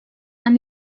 han